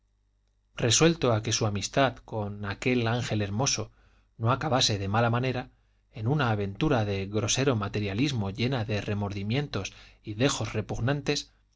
resuelto a que su amistad con aquel ángel hermoso no acabase de mala manera en una aventura de grosero materialismo llena de remordimientos y dejos repugnantes